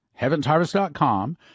HeavensHarvest.com